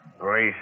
Grace